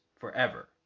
Forever